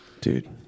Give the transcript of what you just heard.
dude